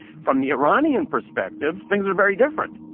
from the iranian perspective, things are very different.